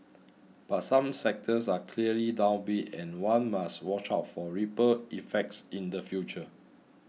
but some sectors are clearly downbeat and one must watch out for ripple effects in the future